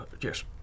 Yes